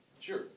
Sure